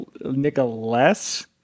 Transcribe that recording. nicholas